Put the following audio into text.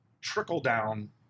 trickle-down